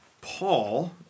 Paul